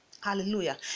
Hallelujah